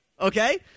Okay